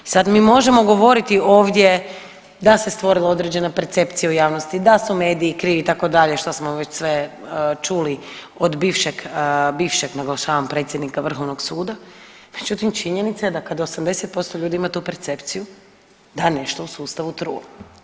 Sad mi možemo govoriti ovdje da se stvorila određena percepcija u javnosti, da su mediji krivi itd. šta smo već sve čuli od bivšeg, bivšeg naglašavam predsjednika vrhovnog suda, međutim činjenica je da kad 80% ljudi ima tu percepciju da nešto u sustavu truli.